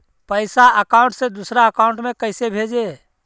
पैसा अकाउंट से दूसरा अकाउंट में कैसे भेजे?